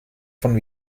von